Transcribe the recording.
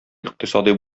икътисади